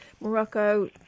Morocco